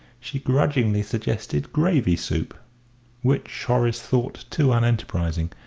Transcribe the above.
she grudgingly suggested gravy soup which horace thought too unenterprising,